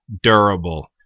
durable